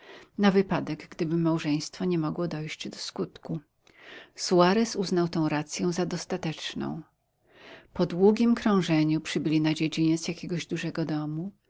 na wypadek gdyby małżeństwo nie mogło dojść do skutku suarez uznał tę rację za dostateczną po długim krążeniu przybyli na dziedziniec jakiegoś dużego domu